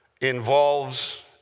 involves